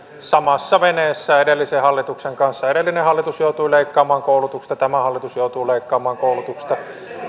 samassa veneessä edellisen hallituksen kanssa edellinen hallitus joutui leikkaamaan koulutuksesta tämä hallitus joutuu leikkaamaan koulutuksesta